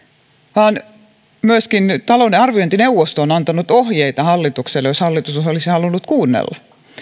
vaan myöskin talouden arviointineuvosto on antanut ohjeita hallitukselle ja jos hallitus olisi halunnut kuunnella